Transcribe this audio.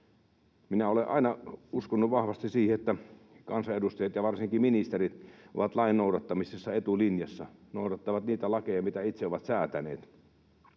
Minä olen aina uskonut vahvasti siihen, että kansanedustajat ja varsinkin ministerit ovat lain noudattamisessa etulinjassa — noudattavat niitä lakeja, mitä itse ovat säätäneet.